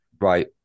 Right